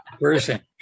person